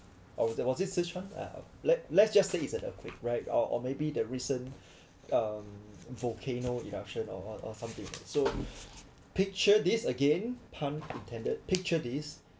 oh there was this sichuan uh like let's just say it's an earthquake right or maybe the recent volcano eruption or something so picture this again pun intended picture this